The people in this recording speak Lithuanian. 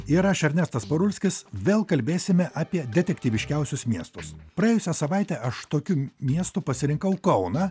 ir aš ernestas parulskis vėl kalbėsime apie detektyviškiausius miestus praėjusią savaitę aš tokių miestų pasirinkau kauną